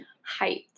Height